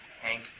Hank